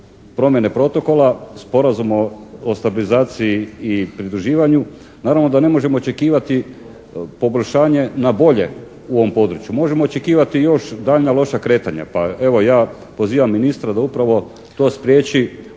promjene protokola, Sporazum o stabilizaciji i pridruživanju naravno da ne možemo očekivati poboljšanje na bolje u ovom području. Možemo očekivati još daljnja loša kretanja pa evo ja pozivam ministra da upravo to spriječi.